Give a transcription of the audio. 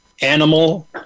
Animal